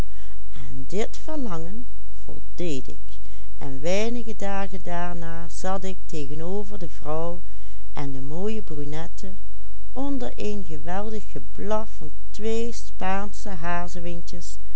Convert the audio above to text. weinige dagen daarna zat ik tegenover de vrouw en de mooie brunette onder een geweldig